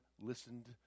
listened